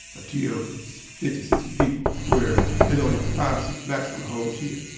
a tier of fifty, sixty people where there's only five or six blacks on the whole tier,